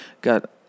got